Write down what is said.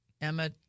Emma